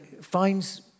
Finds